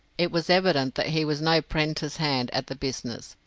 it was evident that he was no prentice hand at the business,